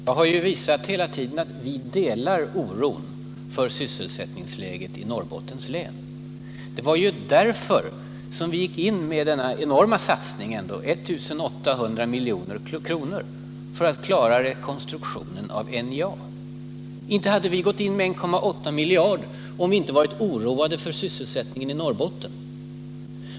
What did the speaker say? Herr talman! Jag har ju hela tiden visat att vi delar oron för sysselsättningsläget i Norrbottens län. Det var därför som vi gick in med denna enorma satsning på 1 800 milj.kr. för att klara rekonstruktionen av NJA. Inte hade vi gått in med 1,8 miljarder kronor om vi inte hade varit oroade för sysselsättningen i Norrbotten.